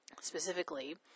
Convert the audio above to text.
Specifically